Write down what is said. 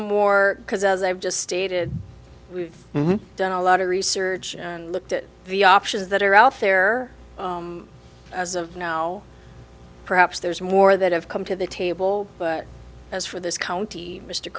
more because as i've just stated we've done a lot of research and looked at the options that are out there as of now perhaps there's more that have come to the table but as for this county mr